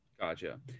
Gotcha